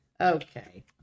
Okay